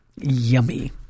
Yummy